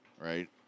right